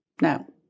No